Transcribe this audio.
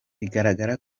biragaragara